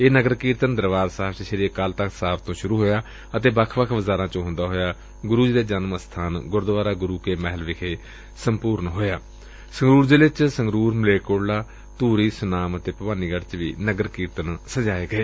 ਇਹ ਨਗਰ ਕੀਰਤਨ ਦਰਬਾਰ ਸਾਹਿਬ ਚ ਸ੍ਰੀ ਅਕਾਲ ਤਖ਼ਤ ਸਾਹਿਬ ਤੋ ਸੁਰੁ ਹੋਇਆ ਅਤੇ ਵੱਖ ਵੱਖ ਬਾਜ਼ਾਰਾ ਚੋ ਹੂੰਦਾ ਹੋਇਆ ਗੁਰੂ ਜੀ ਦੇ ਜਨਮ ਅਸਬਾਨ ਗੁਰਦੂਆਰਾ ਗੁਰੂ ਕੇ ਮਹਿਲ ਵਿਖੇ ਸੰਪੂਰਨ ਹੋਇਆ ਸੰਗਰੂਰ ਜ਼ਿਲ੍ਹੇ ਚ ਸੰਗਰੂਰ ਮਲੇਰਕੋਟਲਾ ਧੂਰੀ ਸੁਨਾਮ ਅਤੇ ਭਵਾਨੀਗੜ੍ਹ ਚ ਵੀ ਨਗਰ ਕੀਰਤਨ ਸਜਾਏ ਗਏ